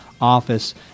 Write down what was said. Office